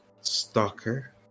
stalker